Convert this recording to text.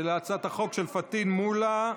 זה להצעת החוק של פטין מולא,